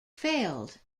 failed